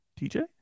TJ